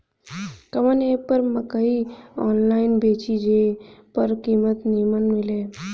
कवन एप पर मकई आनलाइन बेची जे पर कीमत नीमन मिले?